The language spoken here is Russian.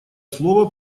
слово